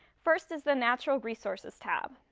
first is the natural resources tab.